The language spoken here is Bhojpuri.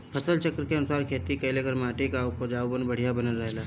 फसल चक्र के अनुसार खेती कइले पर माटी कअ उपजाऊपन बढ़िया बनल रहेला